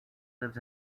lives